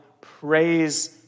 praise